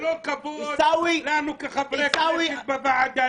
זה לא כבוד לנו כחברי כנסת בוועדה,